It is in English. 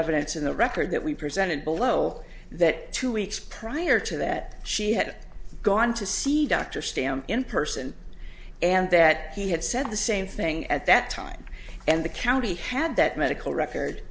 evidence in the record that we presented below that two weeks prior to that she had gone to see dr stone in person and that he had said the same thing at that time and the county had that medical record